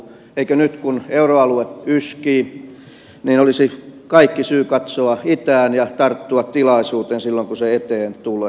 eikö nyt kun euroalue yskii olisi kaikki syy katsoa itään ja tarttua tilaisuuteen silloin kun se eteen tulee